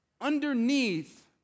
underneath